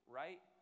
right